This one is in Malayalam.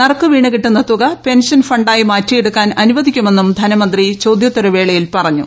നറുക്കു വീണുകിട്ടുന്ന തുക പെൻഷൻ ഫ ് ആയി മാറ്റി എടുക്കാൻ അനുവദിക്കുമെന്നും ധനമന്ത്രി ചോദ്യോത്തരവേളയിൽ പറഞ്ഞു